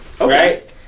right